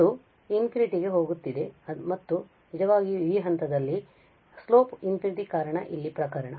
ಅದು ∞ ಹೋಗುತ್ತಿದೆ ಅದು ಮತ್ತೆ ನಿಜವಾಗಿಯೂ ಈ ಹಂತದಲ್ಲಿ ಇಳಿಜಾರು ∞ ಕಾರಣ ಇಲ್ಲಿ ಪ್ರಕರಣ